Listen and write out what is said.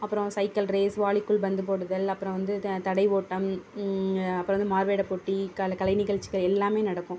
அப்றம் cycle race வாளிக்குள் பந்து போடுதல் அப்றம் வந்து இது தடை ஓட்டம் அப்றம் வந்து மாறுவேட போட்டி கலைநிகழ்ச்சிகள் எல்லாமே நடக்கும்